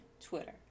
Twitter